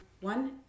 One